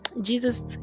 Jesus